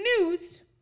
news